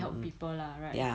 help people lah right